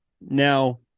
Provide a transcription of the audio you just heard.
Now